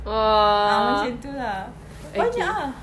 !wow! okay